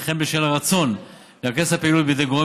וכן בשל הרצון לרכז את הפעילות בידי גורם